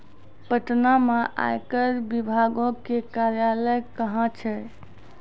पटना मे आयकर विभागो के कार्यालय कहां छै?